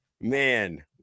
man